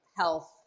health